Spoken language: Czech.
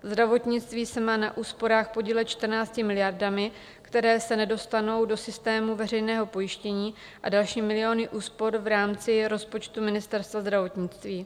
Zdravotnictví se má na úsporách podílet 14 miliardami, které se nedostanou do systému veřejného pojištění, a další miliony úspor v rámci rozpočtu Ministerstva zdravotnictví.